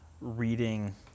reading